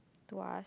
Tuas